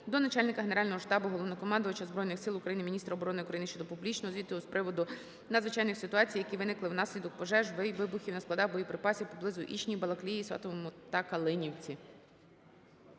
до начальника Генерального штабу - Головнокомандувача Збройних Сил України, міністра оборони України щодо публічного звіту з приводу надзвичайних ситуацій, які виникли внаслідок пожеж і вибухів на складах боєприпасів поблизу Ічні, вБалаклії, Сватовому та Калинівці.